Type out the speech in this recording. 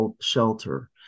shelter